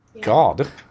God